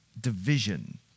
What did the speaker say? division